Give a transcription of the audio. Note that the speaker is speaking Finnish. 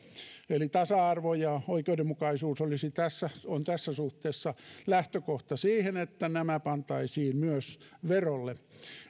eli tasa arvo ja oikeudenmukaisuus ovat tässä suhteessa lähtökohta siihen että myös nämä pantaisiin verolle